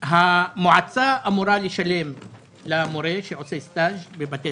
המועצה אמורה לשלם למורה שעושה סטז' בבתי